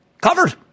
covered